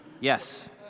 Yes